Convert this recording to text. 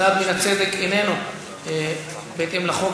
סעד מן הצדק איננו בהתאם לחוק,